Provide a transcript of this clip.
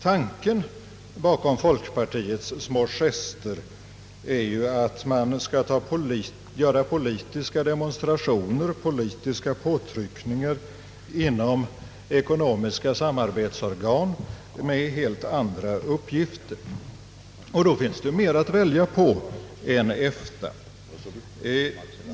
Tanken bakom folkpartiets små gester är ju att man skall göra politiska demonstrationer, politiska påtryckningar, inom ekonomiska samarbetsorgan med helt andra uppgifter. Men då finns det mera att välja på än EFTA.